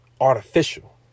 artificial